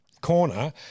corner